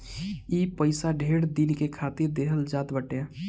ई पइसा ढेर दिन के खातिर देहल जात बाटे